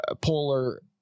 polar